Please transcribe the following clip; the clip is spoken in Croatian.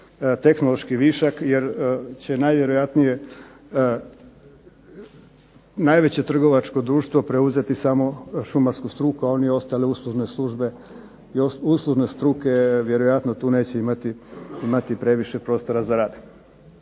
tehnološki višak jer će najvjerojatnije najveće trgovačko društvo preuzeti samo šumarsku struku, a oni ostale uslužne struke vjerojatno tu neće imati previše prostora za rad.